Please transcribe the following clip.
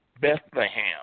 Bethlehem